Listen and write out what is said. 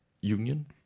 Union